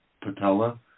patella